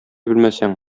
белмәсәң